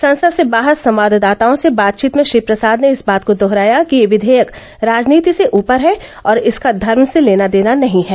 संसद से बाहर संवाददाताओं से बातचीत में श्री प्रसाद ने इस बात को दोहराया कि यह विधेयक राजनीति से ऊपर है और इसका धर्म से लेना देना नहीं है